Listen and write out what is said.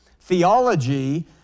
theology